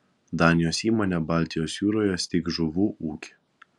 danijos įmonė baltijos jūroje steigs žuvų ūkį